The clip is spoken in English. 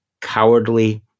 cowardly